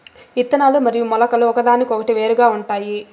ఇత్తనాలు మరియు మొలకలు ఒకదానికొకటి వేరుగా ఉంటాయి